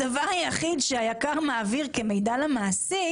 הדבר היחיד שהיק"ר מעביר כמידע למעסיק